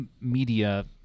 media